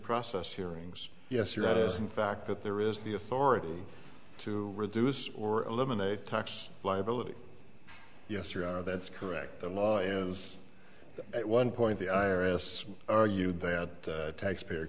process hearings yes or that is in fact that there is the authority to reduce or eliminate tax liability yes that's correct the law is at one point the i r s argued that the taxpayer